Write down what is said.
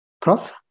Prof